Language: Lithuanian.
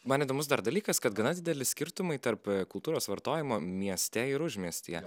man įdomus dar dalykas kad gana dideli skirtumai tarp kultūros vartojimo mieste ir užmiestyje